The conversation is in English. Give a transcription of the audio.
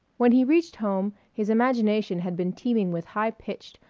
when he reached home his imagination had been teeming with high pitched,